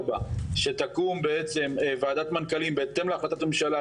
שתקום בעצם ועדת מנכלים בהתאם להחלטת הממשלה,